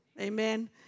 Amen